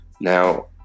Now